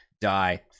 die